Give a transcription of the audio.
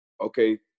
okay